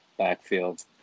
backfield